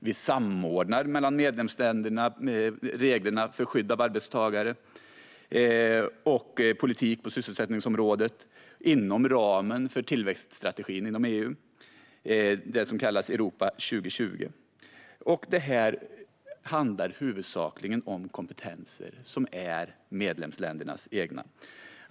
Vi samordnar mellan medlemsländerna reglerna för skydd av arbetstagare och politik på sysselsättningsområdet inom ramen för tillväxtstrategin inom EU, det som kallas Europa 2020. Detta handlar huvudsakligen om kompetenser som är medlemsländernas egna.